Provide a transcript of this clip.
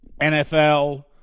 NFL